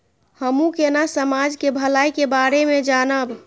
हमू केना समाज के भलाई के बारे में जानब?